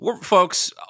Folks